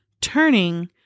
turning